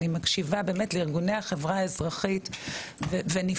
אני מקשיבה באמת לארגוני החברה האזרחית ונפעמת,